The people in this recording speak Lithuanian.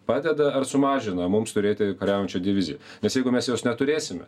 padeda ar sumažina mums turėti kariaujančią diviziją nes jeigu mes jos neturėsime